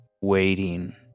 waiting